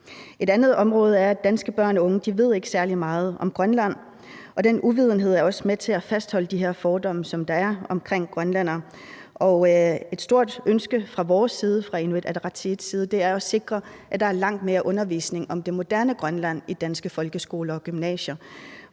Et andet område er, at danske børn og unge ikke ved særlig meget om Grønland, og den uvidenhed er også med til at fastholde de her fordomme, der er omkring grønlændere. Et stort ønske fra vores side, fra Inuit Ataqatigiits side, er jo at sikre, at der er langt mere undervisning om det moderne Grønland i danske folkeskoler og gymnasier.